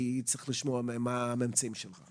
כשמתקרבת קבוצה או משפחה אפשר לשמוע שומעים מרחוק את הצעקות.